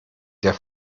der